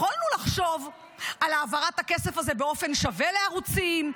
יכולנו לחשוב על העברת הכסף הזה באופן שווה לערוצים,